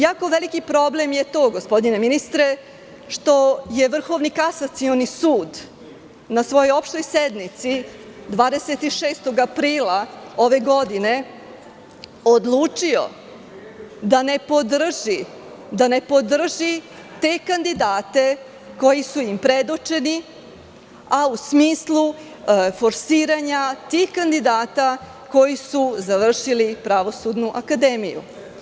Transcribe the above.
Jako veliki problem je to gospodine ministre, što je Vrhovni kasacioni sud na svojoj prošloj sednici 26. aprila ove godine odlučio da ne podrži te kandidate koji su im predočeni, a u smislu forsiranja tih kandidata koji su završili Pravosudnu akademiju.